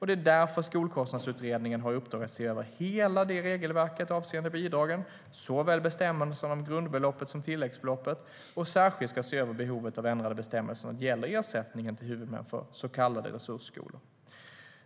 Det är därför Skolkostnadsutredningen har i uppdrag att se över hela regelverket avseende bidragen, såväl bestämmelsen om grundbeloppet som bestämmelsen om tilläggsbeloppet, och särskilt ska se över behovet av ändrade bestämmelser vad gäller ersättningen till huvudmän för så kallade resursskolor.